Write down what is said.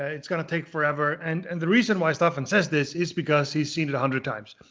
it's gonna take forever. and and the reason why staf insists this is because he's seen it a hundred times.